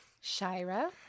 Shira